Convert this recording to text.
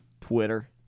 Twitter